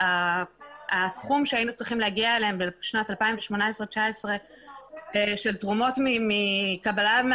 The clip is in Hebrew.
הסכום שהיינו צריכים להגיע אליו בשנת 2019-2018 של תרומות מהציבור,